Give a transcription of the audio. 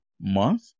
month